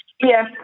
Yes